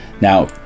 Now